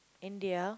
India